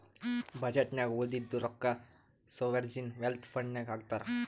budget ನಾಗ್ ಉಳದಿದ್ದು ರೊಕ್ಕಾ ಸೋವರ್ಜೀನ್ ವೆಲ್ತ್ ಫಂಡ್ ನಾಗ್ ಹಾಕ್ತಾರ್